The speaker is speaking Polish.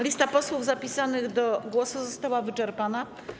Lista posłów zapisanych do głosu została wyczerpana.